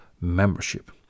Membership